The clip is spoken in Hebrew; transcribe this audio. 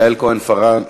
יעל כהן-פארן.